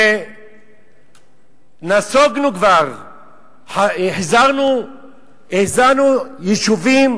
ונסוגנו כבר, החזרנו יישובים